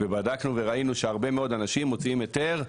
ובדקנו וראינו שהרבה מאוד אנשים מוציאים היתר,